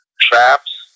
traps